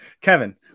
Kevin